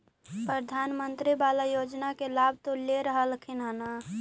प्रधानमंत्री बाला योजना के लाभ तो ले रहल्खिन ह न?